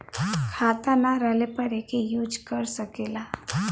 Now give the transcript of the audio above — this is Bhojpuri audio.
खाता ना रहले पर एके यूज कर सकेला